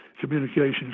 communications